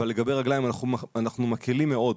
אבל לגבי רגליים אנחנו מקלים מאוד,